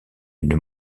une